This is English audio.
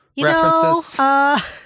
references